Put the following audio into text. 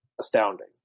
astounding